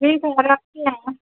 ठीक है र् रखते हैं